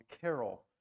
Carol